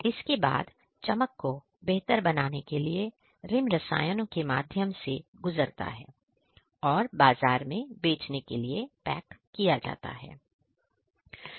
इसके बाद चमक को बेहतर बनाने के लिए रिम रसायनों के माध्यम से गुजरता है और बाजार में बेचने के लिए पैक किया जाता है